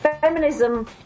feminism